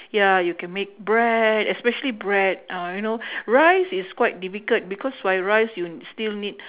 ya you can make bread especially bread uh you know rice is quite difficult because why rice you still need